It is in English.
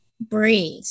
Breathe